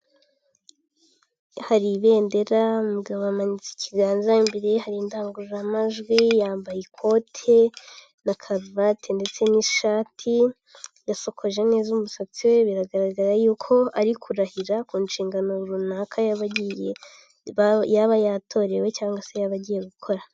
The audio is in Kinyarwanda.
Hari ibendera, umugabo amanitse ikiganza, imbere ye hari indangururamajwi, yambaye ikoti na karuvati, ndetse n'ishati yasokoje neza umusatsi we, biragaragara yuko ari kurahira ku nshingano runaka yaba agiye, yaba yatorewe cyangwa se yaba agiye gukora.